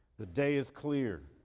the day is clear,